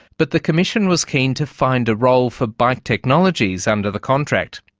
but the commission was keen to find a role for bike technologies under the contract.